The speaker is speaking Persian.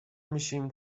میشیم